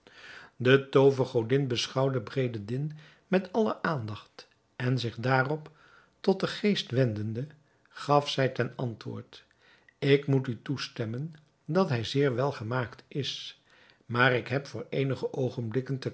de toovergodin beschouwde bedreddin met alle aandacht en zich daarop tot den geest wendende gaf zij ten antwoord ik moet u toestemmen dat hij zeer welgemaakt is maar ik heb voor eenige oogenblikken te